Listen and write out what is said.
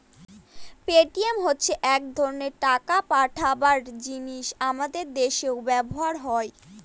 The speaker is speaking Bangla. পেটিএম হচ্ছে এক ধরনের টাকা পাঠাবার জিনিস আমাদের দেশেও ব্যবহার হয়